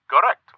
Correct